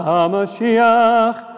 HaMashiach